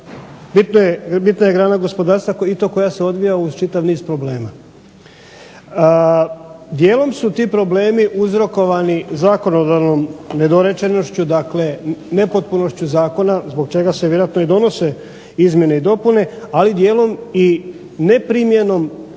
bitna je grana gospodarstva koja se odvija uz čitav niz problema. Dijelom su ti problemi uzrokovani zakonodavnom nedorečenošću, dakle nepotpunošću zakona zbog čega se vjerojatno i donose izmjene i dopune, ali dijelom i neprimjenom